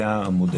זה המודל.